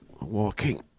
Walking